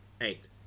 Eight